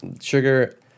sugar